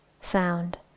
sound